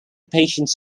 patients